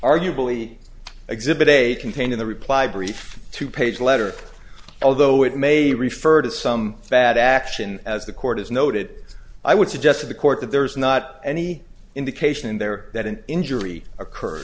arguably exhibit a contained in the reply brief two page letter although it may refer to some bad action as the court has noted i would suggest to the court that there is not any indication in there that an injury occur